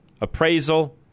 appraisal